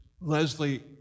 Leslie